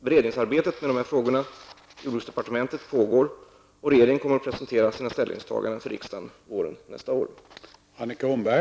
Beredningsarbetet med dessa frågor i jordbruksdepartementet pågår, och regeringen kommer att presentera sina ställningstaganden för riksdagen våren 1991.